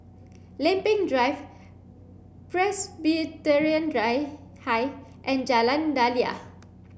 Lempeng Drive Presbyterian Drive High and Jalan Daliah